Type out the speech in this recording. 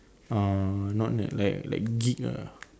um not nerd like like geek ah